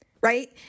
right